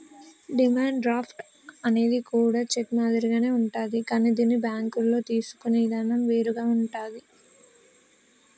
demand draft అనేది కూడా cheque మాదిరిగానే ఉంటాది కానీ దీన్ని బ్యేంకుల్లో తీసుకునే ఇదానం వేరుగా ఉంటాది